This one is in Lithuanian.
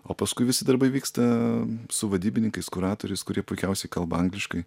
o paskui visi darbai vyksta su vadybininkais kuratoriais kurie puikiausiai kalba angliškai